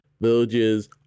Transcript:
Villages